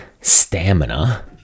stamina